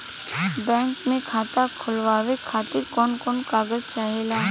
Bank मे खाता खोलवावे खातिर कवन कवन कागज चाहेला?